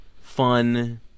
fun